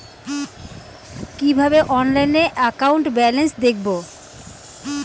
কিভাবে অনলাইনে account balance দেখবো?